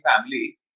family